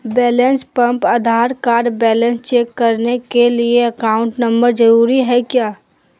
Balance pump Aadhaar card balance check करने के लिए अकाउंट नंबर जरूरी है क्या?